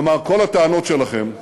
כלומר כל הטענות שלכם,